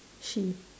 she